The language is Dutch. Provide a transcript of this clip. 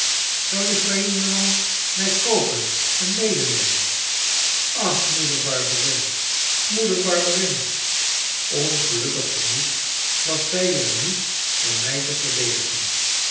zou die vreemde man mij koopen en medenemen ach moeder barberin moeder barberin ongelukkig genoeg was zij er niet om mij te verdedigen